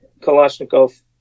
Kalashnikov